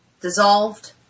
dissolved